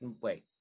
wait